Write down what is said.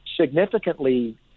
significantly